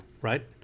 Right